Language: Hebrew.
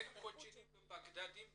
אין קוצ'ינים ובגדדים ברמלה?